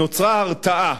נוצרה הרתעה.